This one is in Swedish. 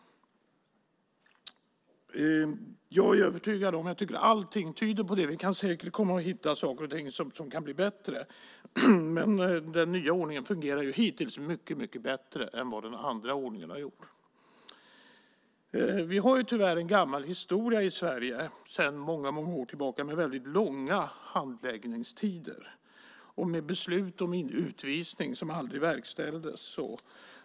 Vi kan säkert komma att hitta saker och ting som kan bli bättre, men den nya ordningen har hittills fungerat mycket bättre än vad den andra ordningen har gjort. Vi har tyvärr i Sverige sedan många år tillbaka en gammal historia med väldigt långa handläggningstider och med beslut om utvisningar som aldrig verkställdes.